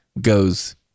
goes